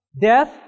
death